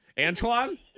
Antoine